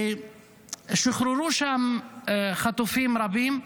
ושוחררו שם חטופים רבים,